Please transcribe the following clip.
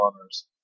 honors